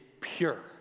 Pure